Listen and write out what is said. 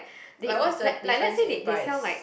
like what's the difference in price